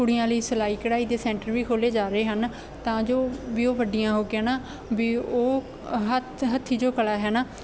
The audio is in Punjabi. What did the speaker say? ਕੁੜੀਆਂ ਲਈ ਸਿਲਾਈ ਕਢਾਈ ਦੇ ਸੈਂਟਰ ਵੀ ਖੋਲ੍ਹੇ ਜਾ ਰਹੇ ਹਨ ਤਾਂ ਜੋ ਵੀ ਉਹ ਵੱਡੀਆਂ ਹੋ ਕੇ ਨਾ ਵੀ ਉਹ ਹੱਥ ਹੱਥੀਂ ਜੋ ਕਲਾ ਹੈ ਨਾ